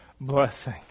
blessing